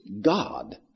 God